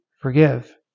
Forgive